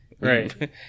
Right